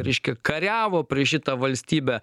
reiškia kariavo prieš šitą valstybę